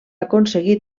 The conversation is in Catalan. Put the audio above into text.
aconseguir